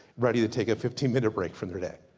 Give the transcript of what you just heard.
ready to take a fifteen minute break from their day.